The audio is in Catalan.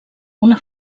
una